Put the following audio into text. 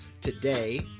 today